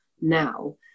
now